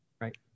right